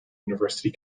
university